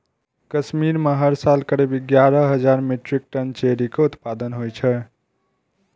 कश्मीर मे हर साल करीब एगारह हजार मीट्रिक टन चेरी के उत्पादन होइ छै